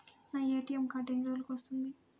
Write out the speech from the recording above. నా ATM card ఎన్ని రోజులకు వస్తుంది?